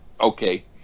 okay